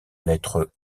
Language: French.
lettre